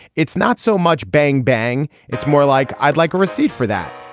it's not so much bang bang it's more like i'd like a receipt for that.